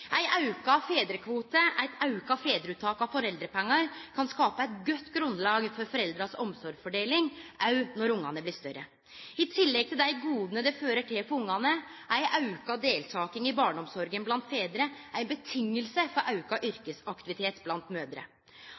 auka fedrarkvote, eit auka fedraruttak av foreldrepengar, kan skape eit godt grunnlag for foreldras omsorgsfordeling òg når ungane blir større. I tillegg til dei goda det fører til for ungane, er auka deltaking i barneomsorga blant fedrar eit vilkår for auka yrkesaktivitet blant